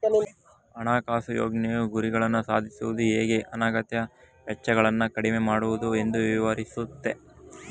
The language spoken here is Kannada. ಹಣಕಾಸು ಯೋಜ್ನೆಯು ಗುರಿಗಳನ್ನ ಸಾಧಿಸುವುದು ಹೇಗೆ ಅನಗತ್ಯ ವೆಚ್ಚಗಳನ್ನ ಕಡಿಮೆ ಮಾಡುವುದು ಎಂದು ವಿವರಿಸುತ್ತೆ